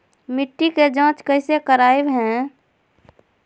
मिट्टी के जांच कैसे करावय है?